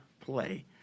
play